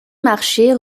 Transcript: marcher